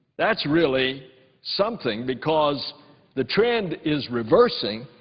that's really something, because the trend is reversing.